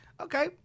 Okay